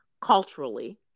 culturally